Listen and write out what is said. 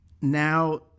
Now